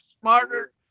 smarter